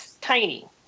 tiny